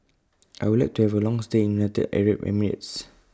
I Would like to Have A Long stay in United Arab Emirates